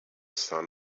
sun